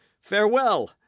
farewell